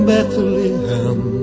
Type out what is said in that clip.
Bethlehem